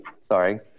sorry